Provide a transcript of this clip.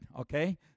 okay